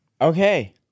Okay